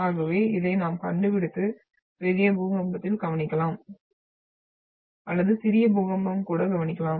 ஆகவே இதை நாம் கண்டுபிடித்து பெரிய பூகம்பத்தில் கவனிக்கலாம் அல்லது சிறிய பூகம்பம் கூட கவனிக்கலாம்